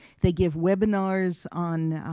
they give webinars on,